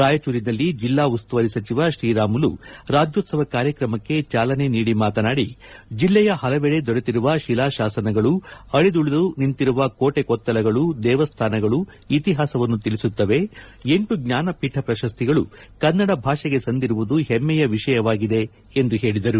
ರಾಯಚೂರಿನಲ್ಲಿ ಜೆಲ್ಲಾ ಉಸ್ತುವಾರಿ ಸಚಿವ ಶ್ರೀರಾಮುಲು ರಾಜ್ಜೋತ್ಸವ ಕಾರ್ಯಕ್ರಮಕ್ಕೆ ಚಾಲನೆ ನೀಡಿ ಮಾತನಾಡಿ ಜೆಲ್ಲೆಯ ಹಲವೆಡೆ ದೊರೆತಿರುವ ಶಿಲಾಶಾಸನಗಳು ಅಳಿದುಳಿದು ನಿಂತಿರುವ ಕೋಟಿ ಕೊತ್ತಲಗಳು ದೇವಸ್ಥಾನಗಳು ಇತಿಹಾಸವನ್ನು ತಿಳಿಸುತ್ತವೆ ಎಂಟು ಜ್ವಾನಪೀಠ ಪ್ರಶಸ್ತಿಗಳು ಕನ್ನಡ ಭಾಷೆಗೆ ಸಂದಿರುವುದು ಹೆಮ್ನೆಯ ವಿಷಯವಾಗಿದೆ ಎಂದು ಹೇಳಿದರು